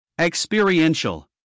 Experiential